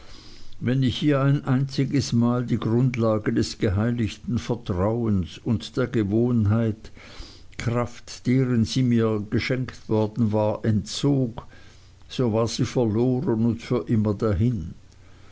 wenn ich ihr ein einziges mal die grundlage des geheiligten vertrauens und der gewohnheit kraft deren sie mir geschenkt worden entzog so war sie verloren und für immer dahin